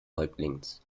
häuptlings